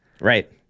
Right